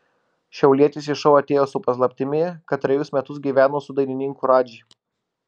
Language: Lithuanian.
šiaulietis į šou atėjo su paslaptimi kad trejus metus gyveno su dainininku radži